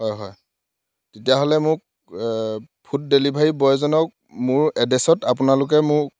হয় হয় তেতিয়াহ'লে মোক ফুড ডেলিভাৰী বয়জনক মোৰ এড্ৰেছত আপোনালোকে মোক